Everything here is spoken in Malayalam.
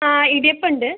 ആ ഇടിയപ്പം ഉണ്ട്